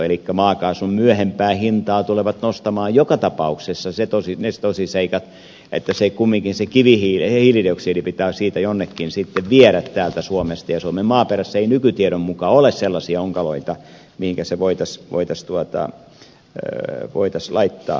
elikkä maakaasun myöhempää hintaa tulevat nostamaan joka tapauksessa ne tosiseikat että kumminkin se hiilidioksidi pitää jonnekin viedä täältä suomesta ja suomen maaperässä ei nykytiedon mukaan ole sellaisia onkaloita mihin se voitaisiin laittaa